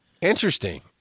Interesting